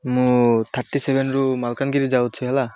ମୁଁ ଥାର୍ଟି ସେଭେନରୁ ମାଲକାନଗିରି ଯାଉଛି ହେଲା